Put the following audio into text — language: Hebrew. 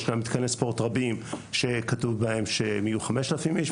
יש מתקני ספורט רבים שכתוב בהם שיהיו 5,000 איש,